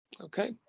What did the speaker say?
okay